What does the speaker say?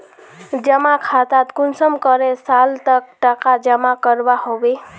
जमा खातात कुंसम करे साल तक टका जमा करवा होबे?